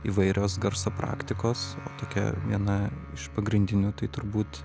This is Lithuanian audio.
įvairios garso praktikos tokia viena iš pagrindinių tai turbūt